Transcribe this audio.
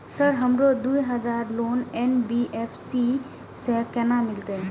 Sir हमरो दूय हजार लोन एन.बी.एफ.सी से केना मिलते?